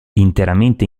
interamente